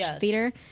theater